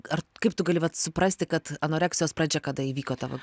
ar kaip tu gali vat suprasti kad anoreksijos pradžia kada įvyko tavo